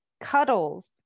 Cuddles